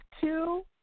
two